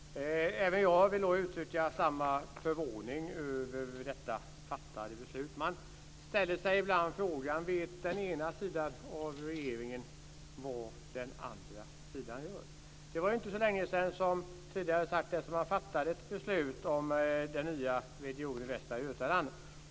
Fru talman! Även jag vill uttrycka samma förvåning över detta fattade beslut. Man ställer sig ibland frågan: Vet den ena sidan av regeringen vad den andra sidan gör? Det var inte så länge sedan man fattade ett beslut om den nya regionen Västra Götaland.